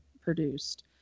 produced